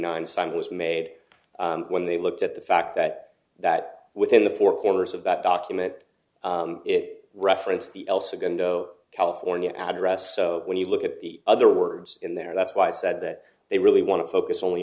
nine sign was made when they looked at the fact that that within the four corners of that document it referenced the else again doe california address so when you look at the other words in there that's why i said that they really want to focus on